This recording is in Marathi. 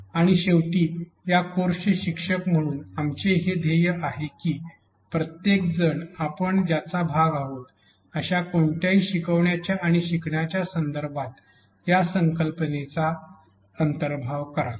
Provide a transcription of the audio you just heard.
आणि शेवटी या कोर्सचे शिक्षक म्हणून आमचे हे ध्येय आहे की प्रत्येक जण आपण ज्याचा भाग आहोत अश्या कोणत्याही शिकवण्याच्या आणि शिकण्याच्या संदर्भात या कल्पनेचा अंतर्भाव कराल